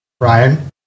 Ryan